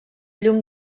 llum